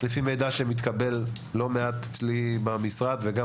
לפי מידע שמתקבל אצלי במשרד וגם